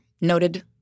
Noted